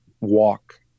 walk